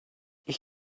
ich